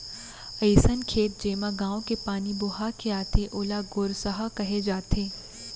अइसन खेत जेमा गॉंव के पानी बोहा के आथे ओला गोरसहा कहे जाथे